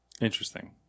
Interesting